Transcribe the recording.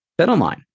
BetOnline